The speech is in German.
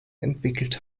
entwickelt